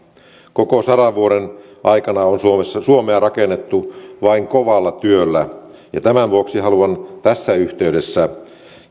koko sadan vuoden aikana on suomea rakennettu vain kovalla työllä ja tämän vuoksi haluan tässä yhteydessä